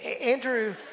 Andrew